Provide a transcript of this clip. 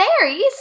fairies